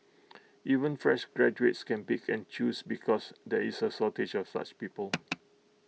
even fresh graduates can pick and choose because there is A shortage of such people